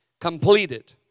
completed